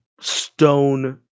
stone